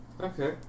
Okay